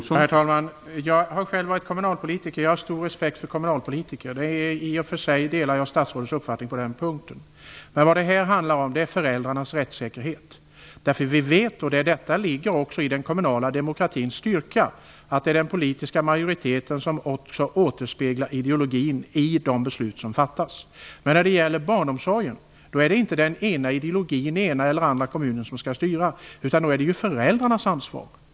Herr talman! Jag har själv varit kommunalpolitiker, och jag har stor respekt för kommunalpolitiker. I och för sig delar jag statsrådets uppfattning på den punkten. Vad det här handlar om är föräldrarnas rättssäkerhet. Vi vet - och detta ligger också i den lokala demokratins styrka - att det är den politiska majoriteten som också återspeglar ideologin i de beslut som fattas. Men när det gäller barnomsorgen är det inte ideologin i den ena eller den andra kommunen som skall styra, utan föräldrarnas ansvar.